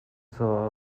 zur